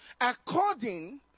According